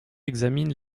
examine